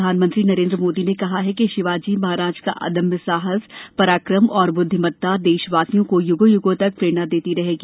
प्रधानमंत्री नरेन्द्र मोदी ने कहा कि शिवाजी महाराज का अदम्य साहसए पराक्रम और ब्द्विमत्ता देशवासियों को य्गो य्गों तक प्रेरणा देती रहेगी